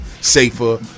safer